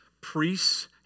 priests